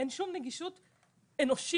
אין שום נגישות אנושית,